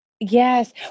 yes